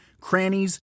crannies